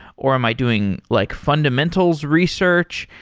or am i doing like fundamentals research?